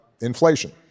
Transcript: inflation